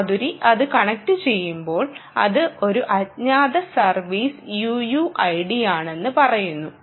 മാധുരി അത് കണക്റ്റുചെയ്യുമ്പോൾ അത് ഒരു അജ്ഞാത സർവീസ് UUID യാണെന്ന് പറയുന്നു